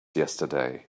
yesterday